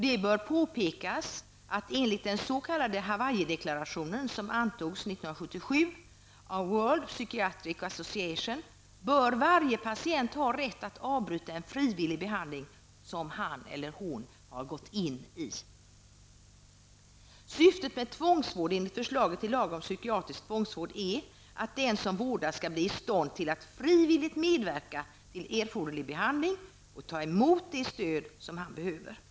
Det bör påpekas att enligt den s.k. Hawaiideklaration som antogs 1977 av World Psychiatric Association bör varje patient ha rätt att avbryta en frivillig behandling som han eller hon deltar i. Syftet med tvångsvården enligt förslaget till lag om psykiatrisk tvångsvård är att den som vårdas skall bli i stånd att frivilligt medverka till erforderlig vård och ta emot det stöd som han behöver.